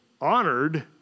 honored